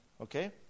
Okay